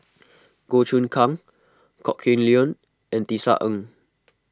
Goh Choon Kang Kok Heng Leun and Tisa Ng